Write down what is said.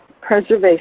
preservation